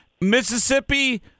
Mississippi